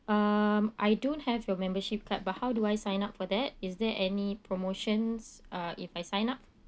um I don't have your membership card but how do I sign up for that is there any promotions uh if I sign up